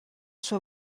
sua